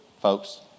folks